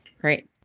Great